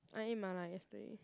I ate Mala yesterday